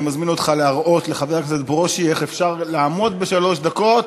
אני מזמין אותך להראות לחבר הכנסת ברושי איך אפשר לעמוד בשלוש דקות,